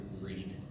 read